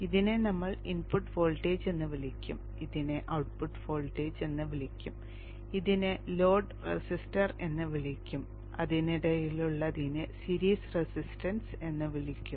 ഇതിനെ നമ്മൾ input voltage എന്ന് വിളിക്കും ഇതിനെ ഔട്ട്പുട്ട് വോൾട്ടേജ് എന്ന് വിളിക്കും ഇതിനെ ലോഡ് റെസിസ്റ്റർ എന്ന് വിളിക്കും അതിനിടയിലുള്ളതിനെ സീരീസ് റെസിസ്റ്റൻസ് എന്നും വിളിക്കും